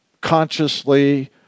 consciously